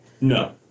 No